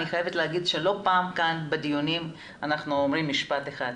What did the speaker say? אני חייבת להגיד שלא פעם בדיונים כאן אנחנו אומרים משפט אחד,